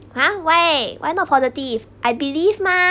ha why eh why not positive I believe mah